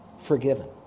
forgiven